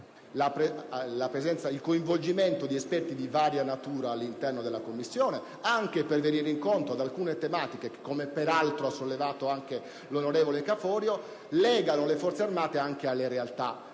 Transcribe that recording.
il coinvolgimento di esperti di varia natura all'interno della Commissione, anche per venire incontro ad alcune tematiche - come peraltro sottolineato anche dal senatore Caforio - che legano le Forze armate alle realtà